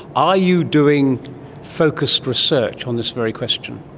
are you doing focused research on this very question?